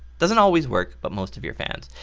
doesn't always work. but most of your fans.